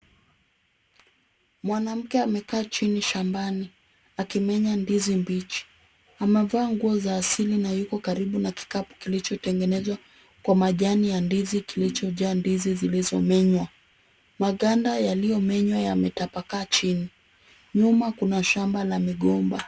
Mwanamke amekaa chini shambani akimenya ndizi mbichi. Amevaa nguo za asili na yuko karibu na kikapu kilichotengenezwa kwa majani ya ndizi kilichojaa ndizi zilizomenywa. Maganda yaliyomenywa yametapakaa chini. Nyuma kuna shamba la migomba.